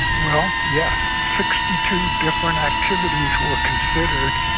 well, yes, sixty two different activities were considered,